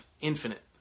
infinite